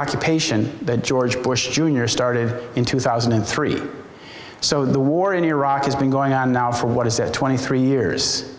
occupation that george bush jr started in two thousand and three so the war in iraq has been going on now for what is it twenty three years